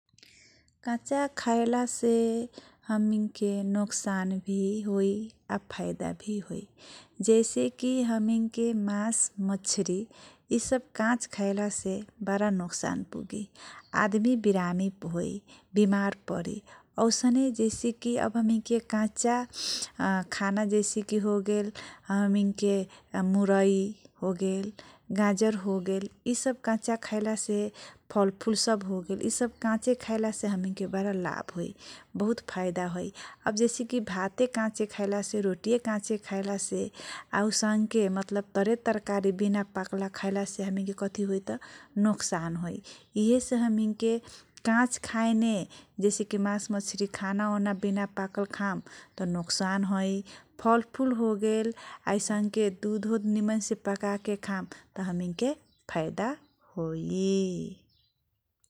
कच्चा खएला से हमीनके नोक्सान भी होइ फाइदा भी होइ जैसेकि हमीनके मास मछरी, यि सब काच खएलासे बारा नोक्सान पुगी आदमी विरामी होइ, विराम परी औसने जैसे कि कच्चा अ खाना जैसे कि होगल अ हमीनके मुरै होगेल, गाजर होगेल यि सब कच्चा खएलासे, फलफूल होगेल यि सब कच्चा खएला से हमीनके बारा लाभ होइ, बहुत फाइदा होइ, अब जैसे कि भाते काच्चे खएलासे, रोटीए काचे खएलासे आ औसनके मतलब तरे तरकारी विना पाकल खएला हमीन के कथी होइता त नोक्सान होइ यिहे से हमीनके काच खाएने जैसे कि मास मछरी, खाना वना बिना पाकल खाम नोक्सान होइ । फलपूल होगेल आ ऐसनके दुधउध होगेल निमन से पक्काके खाम त हमीनके फाइदा होइ ।